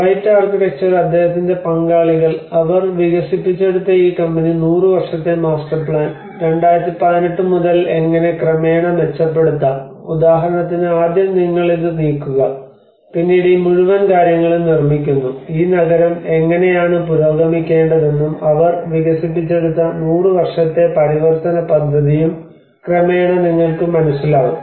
white architecture അദ്ദേഹത്തിന്റെ പങ്കാളികൾ അവർ വികസിപ്പിച്ചെടുത്ത ഈ കമ്പനി 100 വർഷത്തെ മാസ്റ്റർ പ്ലാൻ 2018 മുതൽ എങ്ങനെ ക്രമേണ മെച്ചപ്പെടുത്താം ഉദാഹരണത്തിന് ആദ്യം നിങ്ങൾ ഇത് നീക്കുക പിന്നീട് ഈ മുഴുവൻ കാര്യങ്ങളും നിർമ്മിക്കുന്നു ഈ നഗരം എങ്ങനെയാണ് പുരോഗമിക്കേണ്ടതെന്നും അവർ വികസിപ്പിച്ചെടുത്ത 100 വർഷത്തെ പരിവർത്തന പദ്ധതിയും ക്രമേണ നിങ്ങൾക്കു മനസ്സിലാകും